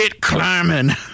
climbing